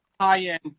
high-end